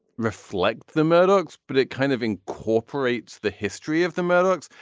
reflect the murdochs but it kind of incorporates the history of the murdochs.